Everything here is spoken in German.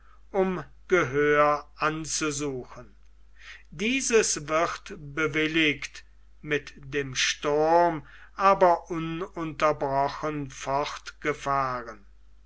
um gehör anzusuchen dieses wird bewilligt mit dem sturme aber ununterbrochen